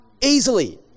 easily